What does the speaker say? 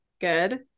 Good